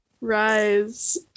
Rise